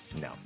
No